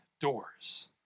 doors